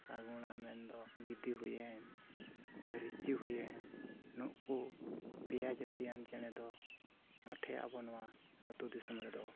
ᱥᱟᱹᱜᱩᱲᱟ ᱢᱮᱱᱫᱚ ᱜᱤᱫᱤ ᱦᱩᱭᱮᱱ ᱨᱤᱪᱤ ᱦᱩᱭᱮᱱ ᱱᱩᱠᱩ ᱯᱮᱭᱟ ᱡᱟᱹᱛᱤᱭᱟᱱ ᱪᱮᱬᱮ ᱫᱚ ᱢᱳᱴᱷᱮ ᱟᱵᱚ ᱱᱚᱣᱟ ᱟᱛᱳᱼᱫᱤᱥᱚᱢ ᱨᱮᱫᱚ